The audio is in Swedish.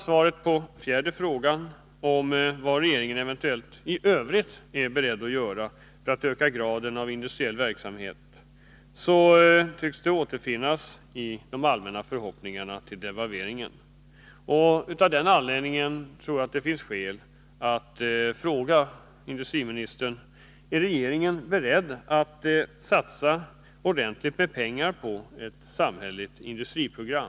Svaret på den fjärde frågan, vad regeringen i övrigt är beredd att göra för att öka graden av industriell verksamhet, tycks återfinnas i de allmänna förhoppningarna på devalveringen. Av den anledningen tror jag det finns skäl att fråga industriministern följande: Är regeringen beredd att satsa ordentligt med pengar på ett samhälleligt industriprogram?